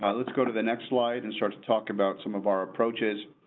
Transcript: um let's go to the next slide and start to talk about some of our approaches.